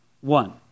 One